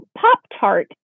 Pop-Tart